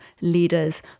Leaders